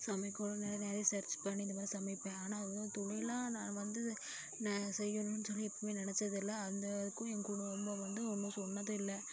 சமைக்கணுன்னு நிறைய ஸர்ச் பண்ணி இந்த மாதிரி சமைப்பேன் ஆனால் அது வந்து தொழிலாக நான் வந்து செய்யணுன்னு சொல்லி எப்பவுமே நினச்சதில்ல அந்த அளவுக்கும் என் குடும்பம் வந்து ஒன்றும் சொன்னதில்லை